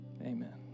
amen